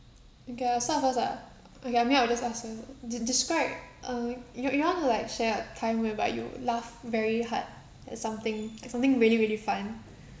okay I start first ah okay I mean I will just ask her describe uh you you want to like share a time whereby you laughed very hard at something like something really really fun